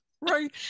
Right